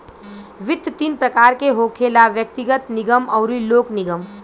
वित्त तीन प्रकार के होखेला व्यग्तिगत, निगम अउरी लोक निगम